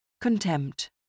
Contempt